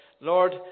Lord